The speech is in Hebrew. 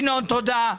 ינון, תודה.